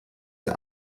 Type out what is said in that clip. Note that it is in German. der